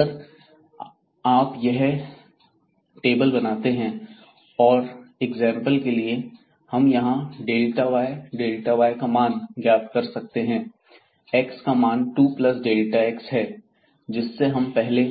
अगर आप यह टेबल यहां बनाते हैं एग्जांपल के लिए हम यहां y y का मान ज्ञात कर सकते हैं x का मान 2x है जिससे हम पहले